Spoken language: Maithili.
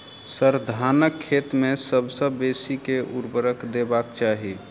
सर, धानक खेत मे सबसँ बेसी केँ ऊर्वरक देबाक चाहि